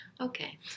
Okay